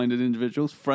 individuals